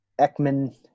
Ekman